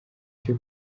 cyo